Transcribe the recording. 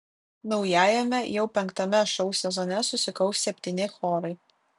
naujajame jau penktame šou sezone susikaus septyni chorai